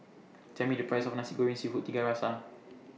Tell Me The Price of Nasi Goreng Seafood Tiga Rasa